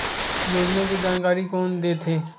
योजना के जानकारी कोन दे थे?